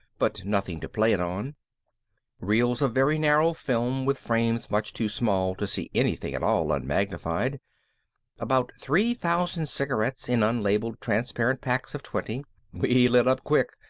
but nothing to play it on reels of very narrow film with frames much too small to see anything at all unmagnified about three thousand cigarettes in unlabeled transparent packs of twenty we lit up quick,